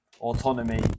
autonomy